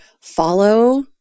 follow